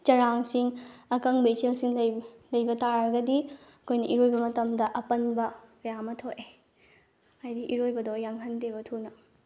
ꯆꯔꯥꯡꯁꯤꯡ ꯑꯀꯪꯕ ꯏꯆꯦꯜꯁꯤꯡ ꯂꯩꯕ ꯇꯥꯔꯒꯗꯤ ꯑꯩꯈꯣꯏꯅ ꯏꯔꯣꯏꯕ ꯃꯇꯝꯗ ꯑꯄꯟꯕ ꯀꯌꯥ ꯑꯃ ꯊꯣꯛꯑꯦ ꯍꯥꯏꯗꯤ ꯏꯔꯣꯏꯕꯗꯣ ꯌꯥꯡꯍꯟꯗꯦꯕ ꯊꯨꯅ